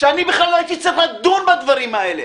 שאני בכלל לא הייתי צריך לדון בדברים האלה,